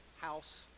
house